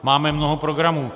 Máme mnoho programů.